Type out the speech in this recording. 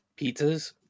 pizzas